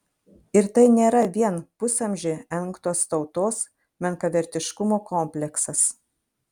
ir tai nėra vien pusamžį engtos tautos menkavertiškumo kompleksas